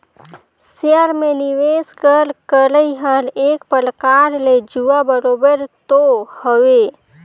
share में निवेस कर करई हर एक परकार ले जुआ बरोबेर तो हवे